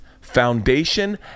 foundation